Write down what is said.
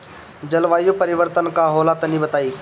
जलवायु परिवर्तन का होला तनी बताई?